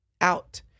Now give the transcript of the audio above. out